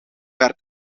werd